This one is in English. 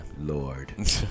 Lord